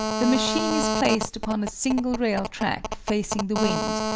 the machine is placed upon a single-rail track facing the wind,